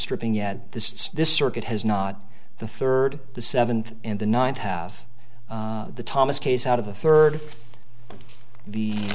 stripping at this this circuit has not the third the seventh and the ninth have the thomas case out of the third the